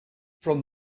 from